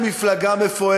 אתה מחפש מפלגה?